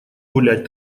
гулять